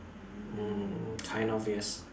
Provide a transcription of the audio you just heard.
mm kind of yes